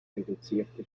reduzierte